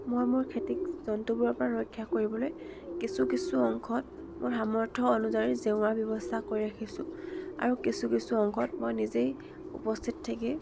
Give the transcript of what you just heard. মই মোৰ খেতিক জন্তুবোৰৰ পৰা ৰক্ষা কৰিবলৈ কিছু কিছু অংশত মই সামৰ্থ অনুযায়ী জেওৰাৰ ব্যৱস্থা কৰি ৰাখিছোঁ আৰু কিছু কিছু অংশত মই নিজেই উপস্থিত থাকি